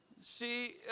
See